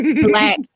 black